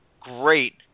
great